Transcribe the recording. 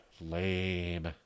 Lame